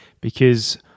because-